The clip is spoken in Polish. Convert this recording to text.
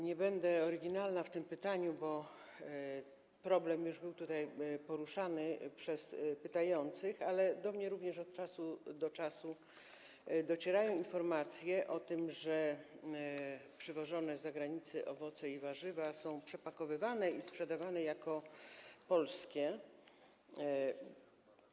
Nie będę oryginalna w tym pytaniu, bo ten problem już był tutaj poruszany przez pytających, ale do mnie również od czasu do czasu docierają informacje o tym, że przywożone z zagranicy owoce i warzywa są przepakowywane i sprzedawane jako polskie.